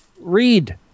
read